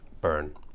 burn